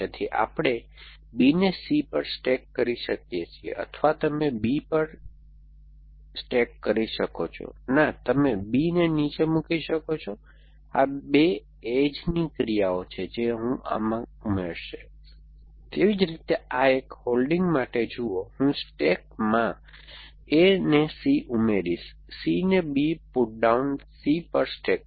તેથી આપણે B ને C પર સ્ટૅક કરી શકીએ છીએ અથવા તમે B પર સ્ટૅક કરી શકો છો ના તમે B ને નીચે મૂકી શકો છો આ બે એજની ક્રિયાઓ છે જે હું આમાં ઉમેરીશ તેવી જ રીતે આ એક હોલ્ડિંગ માટે જુઓ હું સ્ટેક માં A ને C ઉમેરીશ C ને B પુટડાઉન C પર સ્ટેક કરો